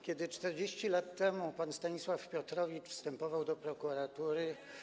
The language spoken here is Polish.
Kiedy 40 lat temu pan Stanisław Piotrowicz wstępował do prokuratury.